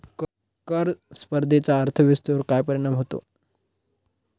कर स्पर्धेचा अर्थव्यवस्थेवर काय परिणाम होतो?